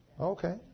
Okay